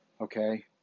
Okay